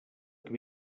que